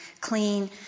clean